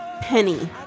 penny